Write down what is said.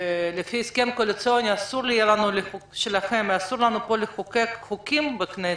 שלפי ההסכם הקואליציוני שלכם אסור יהיה לנו לחוקק חוקים בכנסת,